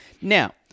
Now